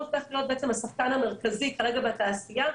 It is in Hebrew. הופך להיות השחקן המרכזי כרגע בתעשייה.